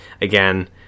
Again